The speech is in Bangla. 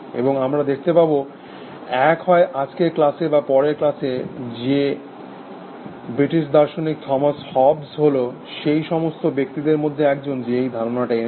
এবং আমরা দেখতে পাব এক হয় আজকের ক্লাসে বা পরের ক্লাসে যে বৃটিশ দার্শনিক থমাস হবস হল সেই সমস্ত ব্যক্তিদের মধ্যে একজন যে এই ধারণাটা এনেছে